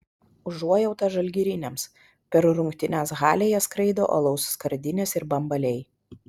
užuojauta žalgiriniams per rungtynes halėje skraido alaus skardinės ir bambaliai